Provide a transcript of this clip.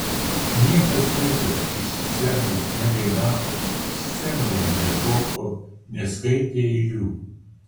niekas niekad iš scenos nedainavo scenoje nešoko neskaitė eilių